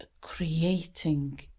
creating